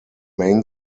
main